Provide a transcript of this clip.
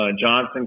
Johnson